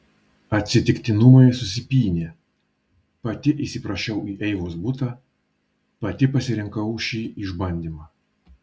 atsitiktinumai susipynė pati įsiprašiau į eivos butą pati pasirinkau šį išbandymą